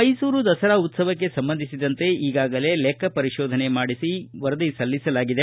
ಮೈಸೂರು ದಸರಾ ಉತ್ತವಕ್ಕೆ ಸಂಬಂಧಿಸಿದಂತೆ ಈಗಾಗಲೇ ಲೆಕ್ಕ ಪರಿಶೋಧನೆ ಮಾಡಿ ವರದಿ ಸಲ್ಲಿಸಲಾಗಿದೆ